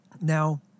Now